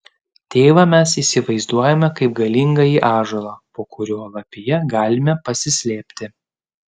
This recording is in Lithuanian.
tėvą mes įsivaizduojame kaip galingąjį ąžuolą po kurio lapija galime pasislėpti